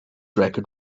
record